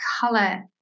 color